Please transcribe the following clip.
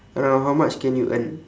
around how much can you earn